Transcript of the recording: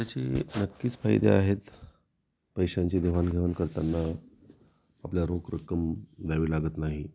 त्याचे नक्कीच फायदे आहेत पैशांचे देवाणघेवाण करताना आपल्या रोख रक्कम द्यावी लागत नाही